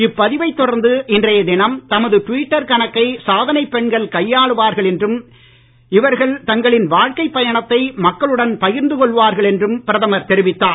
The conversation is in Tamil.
இப்பதிவை தொடர்ந்து இன்றைய தினம் தமது ட்விட்டர் கணக்கை சாதனைப் பெண்கள் கையாளுவார்கள் என்றும் இவர்கள் தங்களின் வாழ்க்கை பயணத்தை மக்களுடன் பகிர்ந்து கொள்வார்கள் என்றும் பிரதமர் தெரிவித்தார்